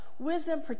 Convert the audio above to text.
Wisdom